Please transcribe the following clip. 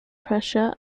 pressure